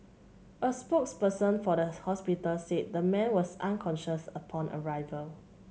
a spokesperson for the hospital said the man was unconscious upon arrival